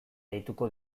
deituko